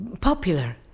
popular